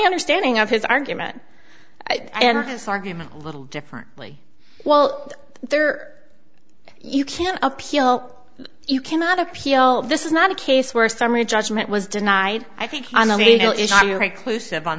understanding of his argument and his argument a little differently well there are you can appeal you cannot appeal this is not a case where summary judgment was denied i think on